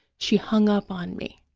she hung up on me.